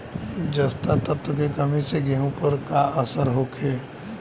जस्ता तत्व के कमी से गेंहू पर का असर होखे?